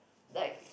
like